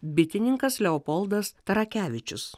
bitininkas leopoldas tarakevičius